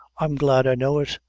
i'm glad i know it,